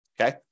Okay